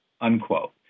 unquote